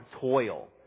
toil